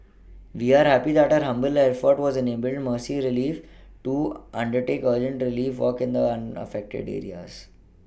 we are happy that our humble effort has enabled Mercy Relief to undertake urgent Relief work in the affected areas